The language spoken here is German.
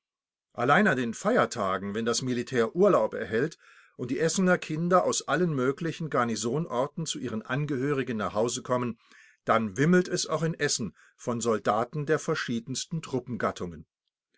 allein an den feiertagen wenn das militär urlaub erhält und die essener kinder aus allen möglichen garnisonorten zu ihren angehörigen nach hause kommen dann wimmelt es auch in essen von soldaten der verschiedensten